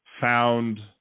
found